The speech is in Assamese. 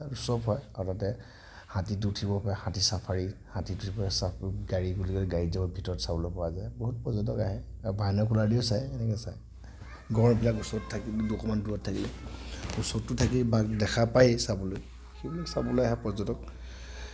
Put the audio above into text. আগতে হাতীত উঠিব পাৰি হাতী চাফাৰী হাতীত উঠি পেলাই গাড়ী বুলি ক'লে গাড়ীত যাব ভিতৰত চাবলৈ পৰা যায় বহুত পৰ্যটক আহে আৰু বাইন'কুলাৰেদিও চায় এনেকৈ চায় গঁড়বিলাক ওচৰত থাকিলে অকণমান দূৰত থাকিলে ওচৰততো থাকেই বাঘ দেখা পায়েই চাবলৈ সেইবিলাক চাবলৈ আহে পৰ্যটক